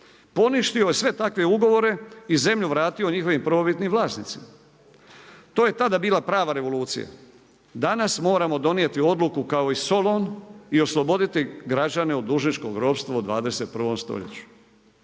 Poništio je sve takve ugovore i zemlju vratio njihovim prvobitnim vlasnicima. To je tada bila prava revolucija. Danas moramo donijeti odluku kao i Solon i osloboditi građane od dužničkog ropstva u 21. stoljeću.